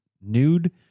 nude